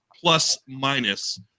plus-minus